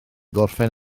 gorffen